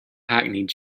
hackneyed